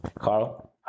Carl